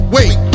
Wait